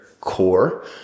core